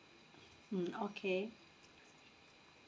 mm okay